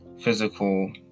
physical